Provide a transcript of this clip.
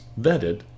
vetted